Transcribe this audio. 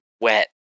wet